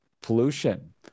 pollution